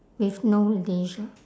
with no leisure